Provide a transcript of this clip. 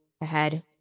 ahead